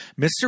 Mr